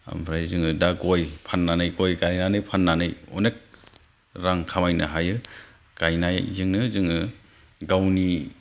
आमफ्राय जोङो दा गय फान्नानै गय गायनानै फान्ननै रां खामायनो हायो गायनायजोंनो जोङो गावनि